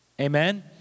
Amen